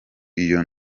iyo